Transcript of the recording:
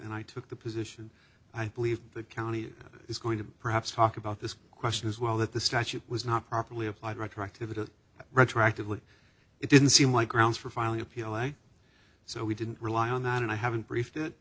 and i took the position i believe the county is going to perhaps talk about this question as well that the statute was not properly applied retroactively to retroactively it didn't seem like grounds for finally appeal and so we didn't rely on that and i haven't briefed it